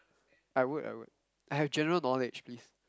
I would I would I have general knowledge please